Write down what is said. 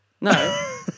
No